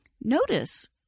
Notice